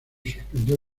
suspendió